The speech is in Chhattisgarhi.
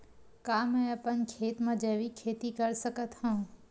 का मैं अपन खेत म जैविक खेती कर सकत हंव?